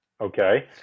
okay